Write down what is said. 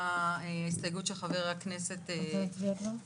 עכשיו ומביאים אותו פה הוא מאוד חשוב,